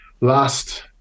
last